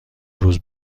روز